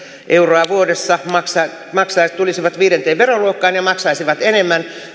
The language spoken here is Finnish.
euroa vuodessa tulisivat viidenteen veroluokkaan ja maksaisivat enemmän